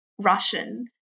Russian